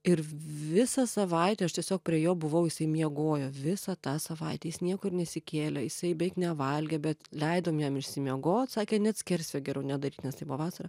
ir visą savaitę aš tiesiog prie jo buvau jisai miegojo visą tą savaitę jis niekur nesikėlė jisai beik nevalgė bet leidom jam išsimiegot sakė net skersvė geriau nedaryt nes tai buvo vasara